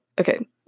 okay